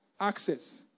access